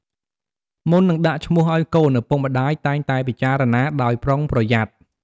មុននឹងដាក់ឈ្មោះឲ្យកូន ឪពុកម្តាយតែងតែពិចារណាដោយប្រុងប្រយ័ត្ន។